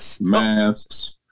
masks